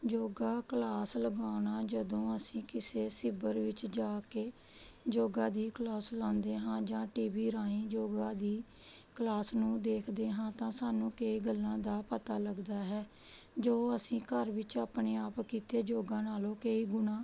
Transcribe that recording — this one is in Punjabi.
ਯੋਗਾ ਕਲਾਸ ਲਗਾਉਣਾ ਜਦੋਂ ਅਸੀਂ ਕਿਸੇ ਸ਼ਿੱਬਰ ਵਿੱਚ ਜਾ ਕੇ ਯੋਗਾ ਦੀ ਕਲਾਸ ਲਾਉਂਦੇ ਹਾਂ ਜਾਂ ਟੀਵੀ ਰਾਹੀਂ ਯੋਗਾ ਦੀ ਕਲਾਸ ਨੂੰ ਦੇਖਦੇ ਹਾਂ ਤਾਂ ਸਾਨੂੰ ਕਈ ਗੱਲਾਂ ਦਾ ਪਤਾ ਲੱਗਦਾ ਹੈ ਜੋ ਅਸੀਂ ਘਰ ਵਿੱਚ ਆਪਣੇ ਆਪ ਕੀਤੇ ਯੋਗਾ ਨਾਲੋਂ ਕਈ ਗੁਣਾ